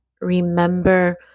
Remember